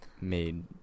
made